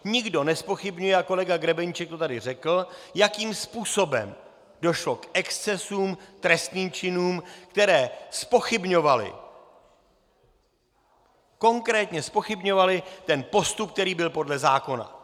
Nikdo nezpochybňuje, a kolega Grebeníček to tady řekl, jakým způsobem došlo k excesům, trestným činům, které zpochybňovaly, konkrétně zpochybňovaly postup, který byl podle zákona.